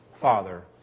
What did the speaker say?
Father